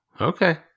Okay